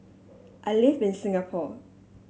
I live in Singapore